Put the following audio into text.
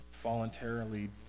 Voluntarily